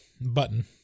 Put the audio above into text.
button